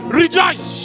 rejoice